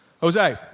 Jose